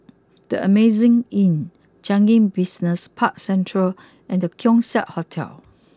the Amazing Inn Changi Business Park Central and the Keong Saik Hotel